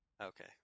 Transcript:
Okay